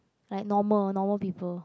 like normal normal people